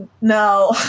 No